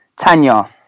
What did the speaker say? Tanya